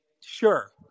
sure